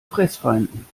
fressfeinden